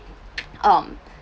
um